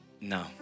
no